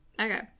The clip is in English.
Okay